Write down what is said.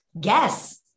guess